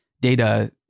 data